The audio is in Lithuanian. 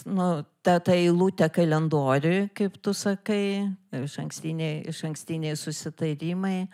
nu ta ta eilutė kalendoriuj kaip tu sakai išankstiniai išankstiniai susitarimai